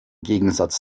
gegensatz